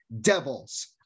Devils